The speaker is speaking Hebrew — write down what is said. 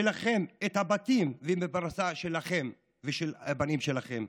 שלכם, את הבתים ואת הפרנסה שלכם ושל הבנים שלכם.